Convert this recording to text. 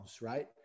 right